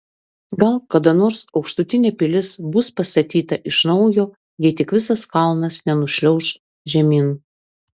gal kada nors aukštutinė pilis bus pastatyta iš naujo jei tik visas kalnas nenušliauš žemyn